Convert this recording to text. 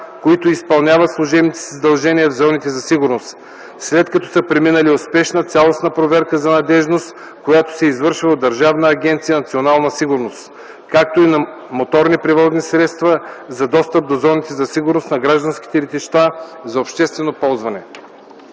които изпълняват служебните си задължения в зоните за сигурност, след като са преминали успешно цялостна проверка за надеждност, която се извършва от Държавна агенция „Национална сигурност”, както и на моторни превозни средства – за достъп до зоните за сигурност на гражданските летища за обществено ползване;”